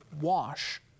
wash